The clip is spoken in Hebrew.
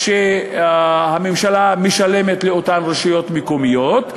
שהממשלה משלמת לאותן רשויות מקומיות,